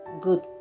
good